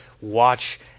watch